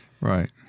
Right